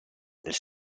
this